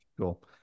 Cool